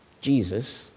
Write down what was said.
Jesus